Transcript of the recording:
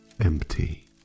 empty